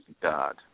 God